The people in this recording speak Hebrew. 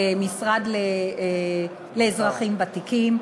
למשרד לאזרחים ותיקים,